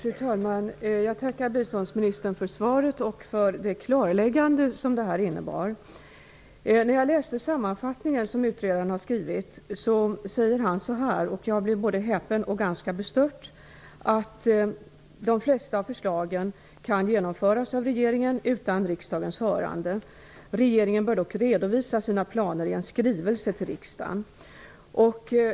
Fru talman! Jag tackar biståndsministern för svaret och för det klarläggande som det innebar. Utredaren skriver i sin sammanfattning något som gjort mig både häpen och ganska bestört, nämligen att de flesta av förslagen kan genomföras av regeringen utan riksdagens hörande men att regeringen bör redovisa sina planer i en skrivelse till riksdagen.